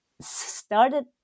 started